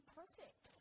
perfect